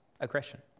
aggression